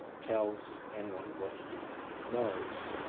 tells anyone what he knows,